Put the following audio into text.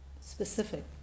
specific